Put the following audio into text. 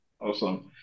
awesome